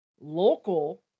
local